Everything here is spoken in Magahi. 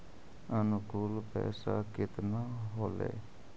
अनुकुल पैसा केतना होलय